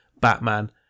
Batman